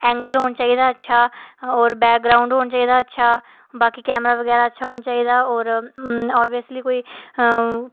angle होना चाहिदा अच्छा होर बैकग्राउंड होना चाहिदा अच्छा बाकी कैमरा बगैरा अच्छा होना चाहिदा होर अबैसली कोई